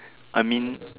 I mean